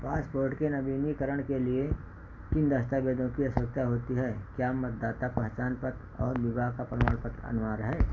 passport के नवीनीकरण के लिए किन दस्तावेज़ों की आवश्यकता होती है क्या मतदाता पहचान पत्र और विवाह का प्रमाण पत्र अनिवार्य है